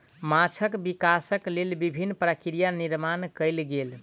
माँछक विकासक लेल विभिन्न प्रक्रिया निर्माण कयल गेल